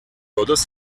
todos